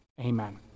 amen